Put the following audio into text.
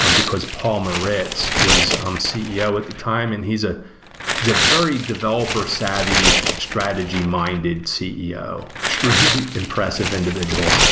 um because paul maritz was um ceo at the time, and he's ah he's a very developer savvy strategy-minded ceo, extremely impressive individual,